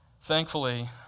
Thankfully